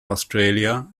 australia